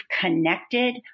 connected